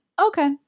Okay